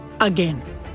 Again